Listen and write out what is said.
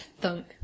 Thunk